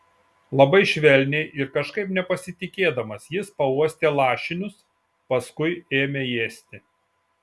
labai švelniai ir kažkaip nepasitikėdamas jis pauostė lašinius paskui ėmė ėsti